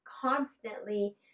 constantly